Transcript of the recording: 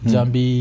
Jambi